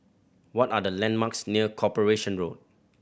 what are the landmarks near Corporation Road